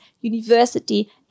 university